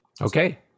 Okay